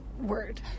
word